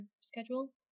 schedule